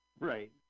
Right